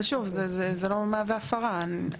אבל שוב, זה לא מהווה הפרה.